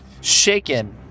Shaken